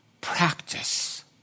practice